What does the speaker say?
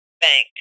bank